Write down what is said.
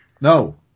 No